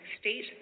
state